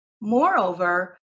moreover